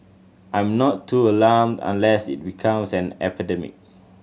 I'm not too alarmed unless it becomes an epidemic